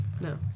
No